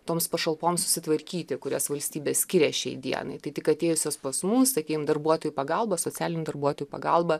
toms pašalpoms susitvarkyti kurias valstybė skiria šiai dienai tai tik atėjusios pas mus sakykim darbuotojų pagalba socialinių darbuotojų pagalba